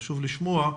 חשוב לשמוע,